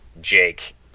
Jake